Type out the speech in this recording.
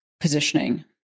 positioning